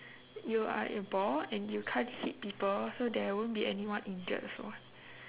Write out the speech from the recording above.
you are a ball and you can't hit people so there won't be anyone injured also [what]